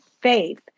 faith